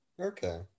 Okay